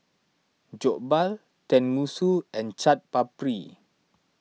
Jokbal Tenmusu and Chaat Papri